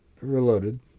reloaded